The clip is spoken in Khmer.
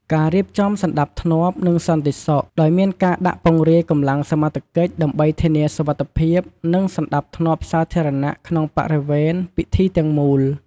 ការរៀបចំសណ្ដាប់ធ្នាប់ និងសន្តិសុខ ដោយមានការដាក់ពង្រាយកម្លាំងសមត្ថកិច្ច ដើម្បីធានាសុវត្ថិភាព និងសណ្ដាប់ធ្នាប់សាធារណៈក្នុងបរិវេណពិធីទាំងមូល។